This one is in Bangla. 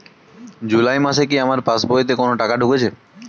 জুলাই মাসে কি আমার পাসবইতে কোনো টাকা ঢুকেছে?